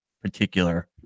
particular